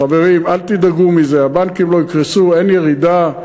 חברים, אל תדאגו מזה, הבנקים לא יקרסו, אין ירידה.